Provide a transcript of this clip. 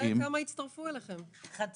תראה כמה הצטרפו אליכם, מדהים.